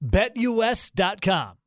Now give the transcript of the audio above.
BetUS.com